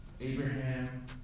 Abraham